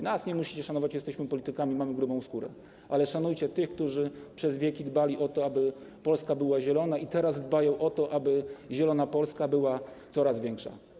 Nas nie musicie szanować, jesteśmy politykami, mamy grubą skórę, ale szanujcie tych, którzy przez wieki dbali o to, aby Polska była zielona i teraz dbają o to, aby zielona Polska była coraz większa.